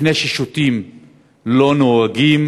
אחרי ששותים לא נוהגים.